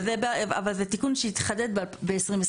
אבל זה, זה תיקון שיתחדד ב-2026.